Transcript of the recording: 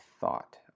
thought